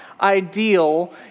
ideal